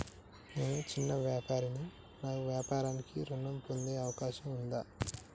నేను చిన్న వ్యాపారిని నా వ్యాపారానికి ఋణం పొందే అవకాశం ఉందా?